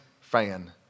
fan